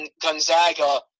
Gonzaga